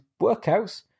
workouts